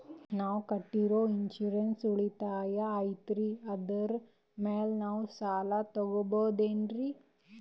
ನಾವು ಕಟ್ಟಿರೋ ಇನ್ಸೂರೆನ್ಸ್ ಉಳಿತಾಯ ಐತಾಲ್ರಿ ಅದರ ಮೇಲೆ ನಾವು ಸಾಲ ತಗೋಬಹುದೇನ್ರಿ?